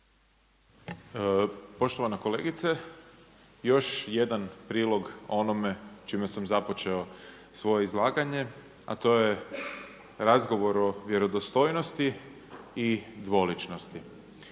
Poštovana kolegice, još jedan prilog onome čime sam započeo svoje izlaganje, a to je razgovor o vjerodostojnosti i dvoličnosti.